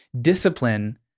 discipline